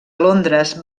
londres